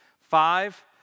Five